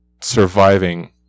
surviving